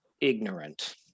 ignorant